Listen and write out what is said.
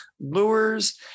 lures